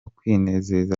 kwinezeza